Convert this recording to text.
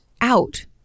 out